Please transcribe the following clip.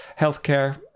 healthcare